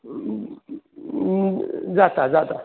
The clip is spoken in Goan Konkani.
जाता जाता